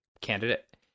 candidate